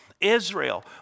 Israel